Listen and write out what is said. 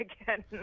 again